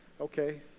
okay